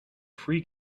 free